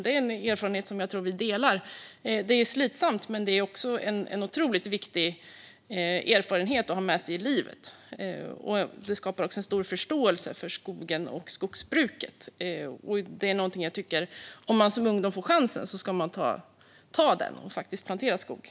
Detta är en erfarenhet som jag tror att vi delar. Det är slitsamt, men det är också en otroligt viktig erfarenhet att ha med sig i livet. Det skapar också stor förståelse för skogen och skogsbruket. Om man som ungdom får chansen att plantera skog tycker jag att man ska ta den.